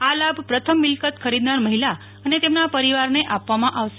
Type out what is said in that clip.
આ લાભ પ્રથમ મિલકત ખરીદનાર મફિલા અને તેમના પરિવારને આપવામાં આવશે